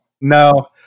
No